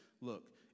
look